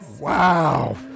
Wow